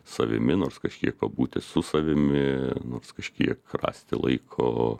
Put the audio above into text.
savimi nors kažkiek pabūti su savimi nors kažkiek rasti laiko